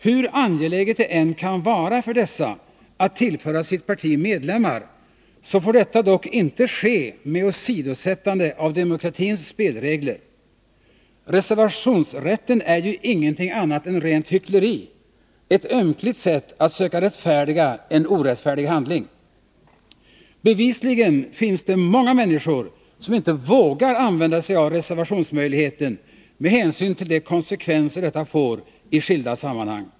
Hur angeläget det än kan vara för dessa att tillföra sitt parti medlemmar, får detta dock inte ske med åsidosättande av demokratins spelregler. Reservationsrätten är ingenting annat än rent hyckleri, ett ömkligt sätt att söka rättfärdiga en orättfärdig handling. Bevisligen finns det många människor som inte vågar använda sig av reservationsmöjligheten med hänsyn till de konsekvenser detta får i skilda sammanhang.